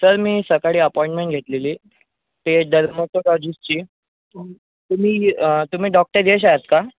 sir मी सकाळी appointment घेतलेली ते डर्मोटोलॉजीस्टची तुम्ही तुम्ही डॉक्टर यश आहात का